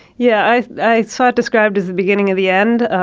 yeah, i i saw it described as the beginning of the end.